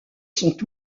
sont